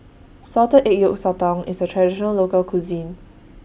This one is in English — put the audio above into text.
Salted Egg Yolk Sotong IS A Traditional Local Cuisine